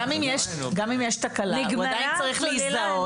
גם אם יש תקלה הוא עדיין צריך להזדהות.